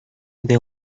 idea